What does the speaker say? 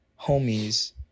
homies